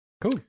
Cool